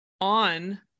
on